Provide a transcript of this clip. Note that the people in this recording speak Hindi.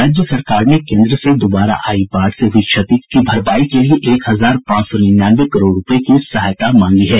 राज्य सरकार ने केन्द्र से द्बारा आयी बाढ़ से हई क्षति के लिए एक हजार पांच सौ निन्यानवे करोड़ रूपये की सहायता मांगी है